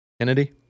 Kennedy